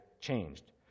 changed